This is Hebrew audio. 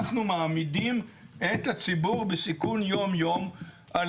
אנחנו מעמידים את הציבור בסיכון יום יום על